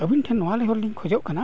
ᱟᱵᱤᱱ ᱴᱷᱮᱱ ᱱᱚᱣᱟ ᱱᱮᱦᱚᱨᱞᱤᱧ ᱠᱷᱚᱡᱚᱜ ᱠᱟᱱᱟ